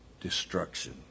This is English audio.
destruction